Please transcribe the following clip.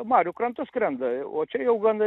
marių krantu skrenda o čia jau gan